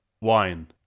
wine